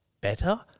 better